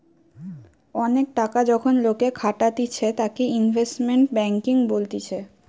অনেক টাকা যখন লোকে খাটাতিছে তাকে ইনভেস্টমেন্ট ব্যাঙ্কিং বলতিছে